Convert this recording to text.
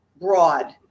broad